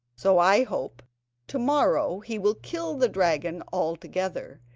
so i hope to-morrow he will kill the dragon altogether,